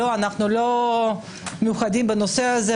לא, אנחנו לא מיוחדים בנושא הזה.